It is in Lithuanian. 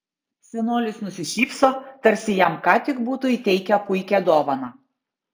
senolis nusišypso tarsi jam ką tik būtų įteikę puikią dovaną